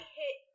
hit